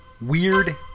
Weird